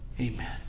amen